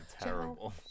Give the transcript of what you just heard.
terrible